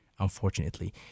Unfortunately